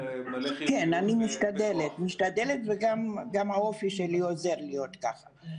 אני משתדלת, וגם האופי שלי עוזר לי להיות כך.